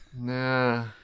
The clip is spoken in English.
Nah